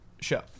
show